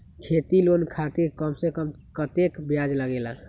खेती लोन खातीर कम से कम कतेक ब्याज लगेला?